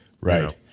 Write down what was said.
Right